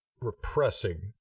repressing